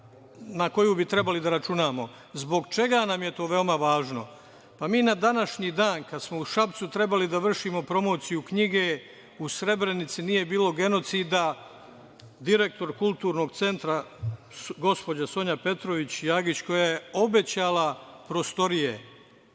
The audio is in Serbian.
na koju bi trebali da računamo. Zbog čega nam je to veoma važno? Mi na današnji dan, kada smo u Šapcu trebali da vršimo promociju knjige „U Srebrenici nije bilo genocida“, direktor Kulturnog centra, gospođa Sonja Petrović Jagić, koja je obećala prostorije,